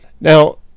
now